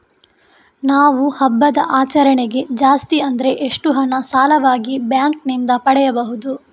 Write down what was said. ನಾವು ಹಬ್ಬದ ಆಚರಣೆಗೆ ಜಾಸ್ತಿ ಅಂದ್ರೆ ಎಷ್ಟು ಹಣ ಸಾಲವಾಗಿ ಬ್ಯಾಂಕ್ ನಿಂದ ಪಡೆಯಬಹುದು?